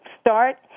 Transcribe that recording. start